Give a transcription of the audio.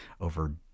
over